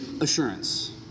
assurance